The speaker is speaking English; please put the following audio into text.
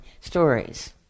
stories